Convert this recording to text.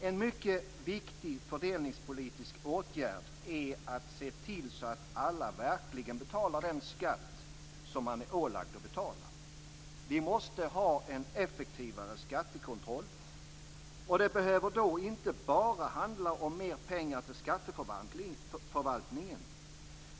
En mycket viktig fördelningspolitisk åtgärd är att se till att alla verkligen betalar den skatt som man är ålagd att betala. Vi måste ha en effektivare skattekontroll. Det behöver då inte bara handla om mer pengar till skatteförvaltningen.